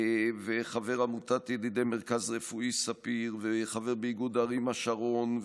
חבר עמותת ידידי מרכז רפואי ספיר וחבר באיגוד ערים השרון,